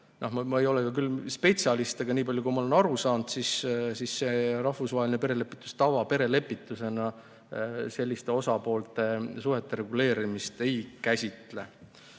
ma ei ole küll spetsialist, aga nii palju, kui ma olen aru saanud – see rahvusvaheline perelepitustava perelepitusena selliste osapoolte suhete reguleerimist ei käsitle. Nendel